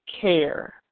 care